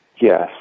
Yes